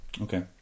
Okay